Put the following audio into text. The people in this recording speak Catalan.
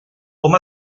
hom